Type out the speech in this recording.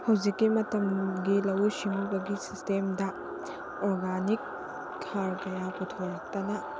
ꯍꯧꯖꯤꯛꯀꯤ ꯃꯇꯝꯒꯤ ꯂꯧꯎ ꯁꯤꯡꯎꯕꯒꯤ ꯁꯤꯁꯇꯦꯝꯗ ꯑꯣꯔꯒꯥꯅꯤꯛ ꯍꯥꯔ ꯀꯌꯥ ꯄꯨꯊꯣꯔꯛꯇꯅ